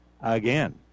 again